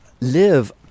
live